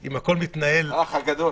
אם הכול מתנהל --- האח הגדול...